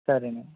సరేనండి